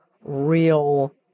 real